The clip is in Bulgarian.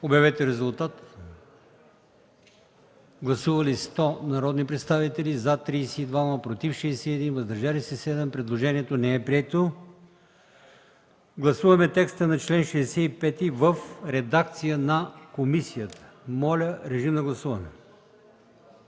от комисията. Гласували 100 народни представители: за 32, против 61, въздържали се 7. Предложението не е прието. Гласуваме текста на чл. 65 в редакция на комисията. Гласували